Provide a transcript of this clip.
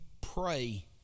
pray